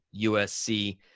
USC